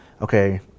okay